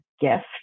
gift